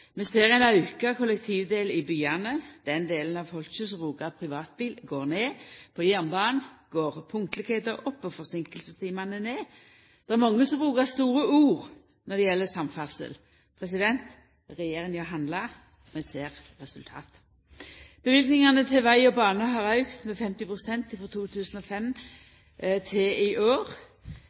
Vi ser ein auka kollektivdel i byane – den delen av folket som brukar privatbil, går ned. På jernbanen går punktlegheita opp og forseinkingstimane ned. Det er mange som brukar store ord når det gjeld samferdsel. Regjeringa handlar. Vi ser resultat. Løyvingane til veg og bane har auka med 50 pst. frå 2005 til i år.